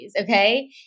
okay